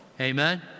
Amen